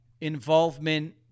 involvement